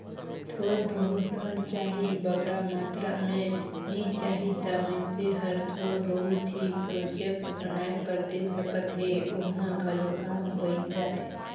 थोर बहुत लोन चाही बगरा मातरा में नी चाही ता मइनसे हर थोर बहुत ही प्रोजेक्ट बनाए कर दे सकत हे ओम्हां घलो काम बइन जाथे